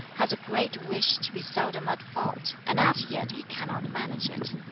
has a great wish to be seldom at fault, and as yet he cannot manage it.